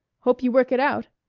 hope you work it out.